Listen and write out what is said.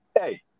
hey